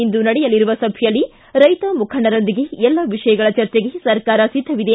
ಇಂದು ನಡೆಯಲಿರುವ ಸಭೆಯಲ್ಲಿ ರೈತ ಮುಖಂಡರೊಂದಿಗೆ ಎಲ್ಲ ವಿಷಯಗಳ ಚರ್ಚೆಗೆ ಸರ್ಕಾರ ಸಿದ್ಧವಿದೆ